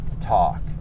talk